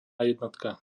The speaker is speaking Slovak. jednotka